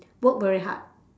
work very hard